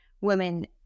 women